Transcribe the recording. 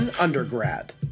Undergrad